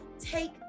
take